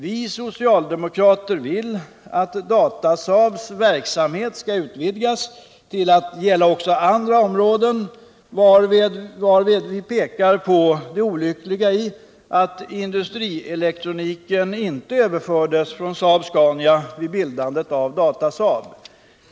Vi socialdemokrater vill att Datasaabs verksamhet skall utvidgas till att gälla också andra områden, varvid vi pekar på det olyckliga i att industrielektroniken inte överfördes från Saab-Scania AB vid bildandet av Datasaab AB.